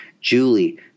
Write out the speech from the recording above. Julie